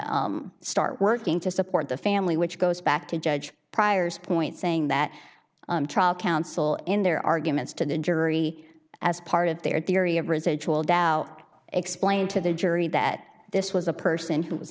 and start working to support the family which goes back to judge prior's point saying that counsel in their arguments to the jury as part of their theory of residual doubt explained to the jury that this was a person who was